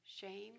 Shame